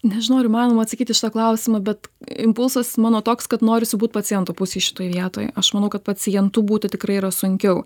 nežinau ar įmanoma atsakyt į šitą klausimą bet impulsas mano toks kad norisi būt pacientų pusei šitoj vietoj aš manau kad pacientu būti tikrai yra sunkiau